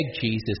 Jesus